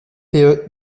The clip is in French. deux